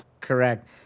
Correct